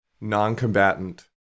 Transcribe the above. non-combatant